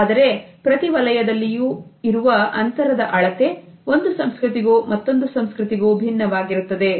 ಆದರೆ ಪ್ರತಿ ವಲಯದಲ್ಲಿರುವ ಅಂತರದ ಅಳತೆ ಒಂದು ಸಂಸ್ಕೃತಿಗೂ ಮತ್ತೊಂದು ಸಂಸ್ಕೃತಿಗೂ ಭಿನ್ನವಾಗಿರುತ್ತದೆ